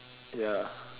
ya